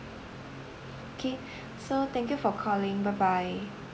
okay so thank you for calling bye bye